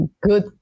good